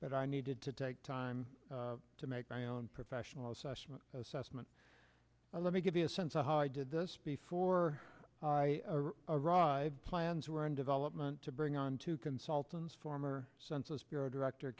but i needed to take time to make my own professional assessment assessment let me give you a sense of how i did this before i arrived plans were in development to bring on two consultants former census bureau director